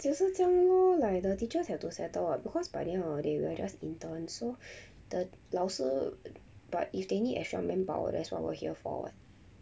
就是这样 lor like the teachers have to settle [what] because by the end of the day we are just interns so the 老师 but if they need extra manpower that's what we're here for [what]